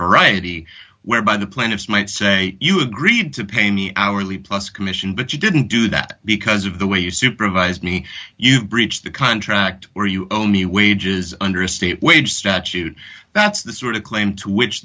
variety whereby the plaintiffs might say you agreed to pay me hourly plus commission but you didn't do that because of the way you supervised me you breached the contract or you owe me wages under a state wage statute that's the sort of claim to which